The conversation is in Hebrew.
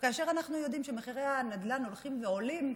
אנחנו יודעים שמחירי הנדל"ן הולכים ועולים,